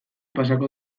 pasako